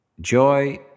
joy